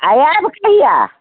आ आयब कहिआ